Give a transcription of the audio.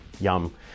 Yum